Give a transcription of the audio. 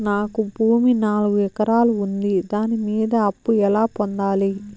నాకు భూమి నాలుగు ఎకరాలు ఉంది దాని మీద అప్పు ఎలా పొందాలి?